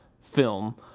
film